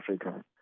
Africa